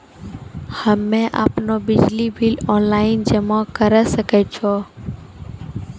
हम्मे आपनौ बिजली बिल ऑनलाइन जमा करै सकै छौ?